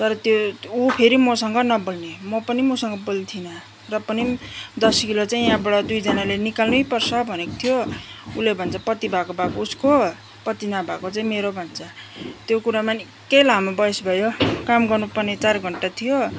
तर त्यो उ फेरि मसँग नबोल्ने म पनि उसँग बोल्थिनँ र पनि दस किलो चाहिँ यहाँबाट दुईजनाले निकाल्नै पर्छ भनेको थियो उसले भन्छ पत्ती भएको भएको उसको पत्ती नभएको चाहिँ मेरो भन्छ त्यो कुरामा निकै लामो बहस भयो काम गर्नु पर्ने चार घन्टा थियो